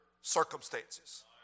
circumstances